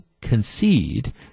concede